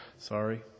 sorry